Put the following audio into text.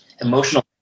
emotional